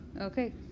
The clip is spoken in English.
Okay